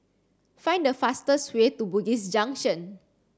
find the fastest way to Bugis Junction